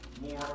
more